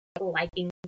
liking